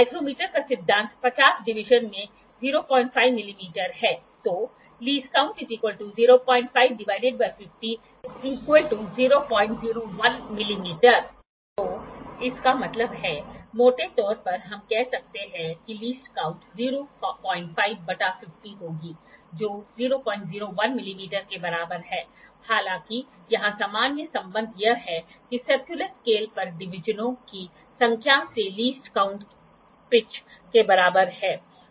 micrometer का सिद्धांत ५० डिवीजनों में ०५ मिमी है तो लीस्ट काउंट 001mm तो इसका मतलब है मोटे तौर पर हम कह सकते हैं कि लीस्ट काउंट 05 बटा 50 होगी जो 001 मिमी के बराबर है हालांकि यहां सामान्य संबंध यह है कि सर्कुलर स्केल पर डिवीजनों की संख्या से लीस्ट काउंट पिच के बराबर है